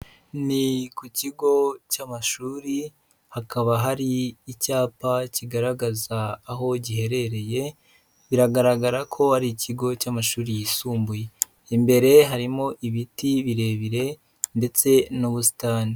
Ni ku kigo cy'amashuri hakaba hari icyapa kigaragaza aho giherereye biragaragara ko ari ikigo cy'amashuri yisumbuye, imbere harimo ibiti birebire ndetse n'ubusitani.